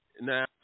Now